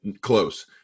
close